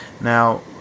Now